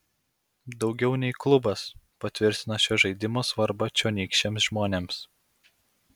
daugiau nei klubas patvirtina šio žaidimo svarbą čionykščiams žmonėms